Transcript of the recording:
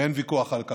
ואין ויכוח על כך.